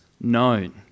known